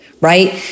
right